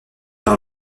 par